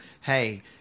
hey